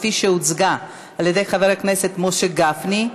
כפי שהוצגה על ידי חבר הכנסת משה גפני.